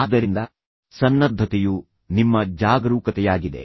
ಆದ್ದರಿಂದ ಸನ್ನದ್ಧತೆಯು ನಿಮ್ಮ ಜಾಗರೂಕತೆಯಾಗಿದೆ